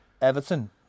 Everton